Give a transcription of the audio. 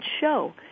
show